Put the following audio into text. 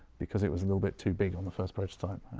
because it was a little bit too big on the first prototype,